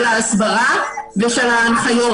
של ההסברה ושל ההנחיות.